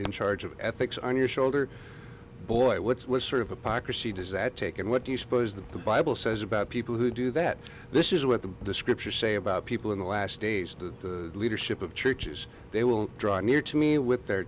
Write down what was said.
in charge of ethics on your shoulder boy what's what sort of a packer c does that take and what do you suppose that the bible says about people who do that this is what the scriptures say about people in the last days the leadership of churches they will draw near to me with their